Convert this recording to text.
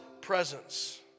presence